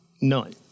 None